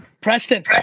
Preston